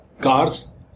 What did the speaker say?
cars